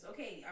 Okay